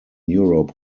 europe